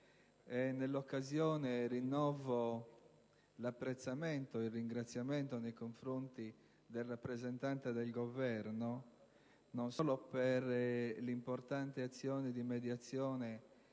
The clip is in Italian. Nell'occasione, rinnovo l'apprezzamento e il ringraziamento nei confronti del rappresentante del Governo, non solo per l'importante azione di mediazione